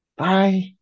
Bye